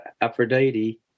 Aphrodite